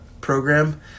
program